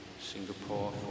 Singapore